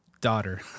daughter